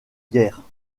guerre